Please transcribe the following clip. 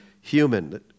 human